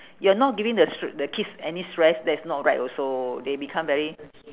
you're not giving the str~ the kids any stress that's not right also they become very